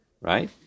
Right